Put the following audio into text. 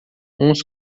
uns